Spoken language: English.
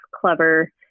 clever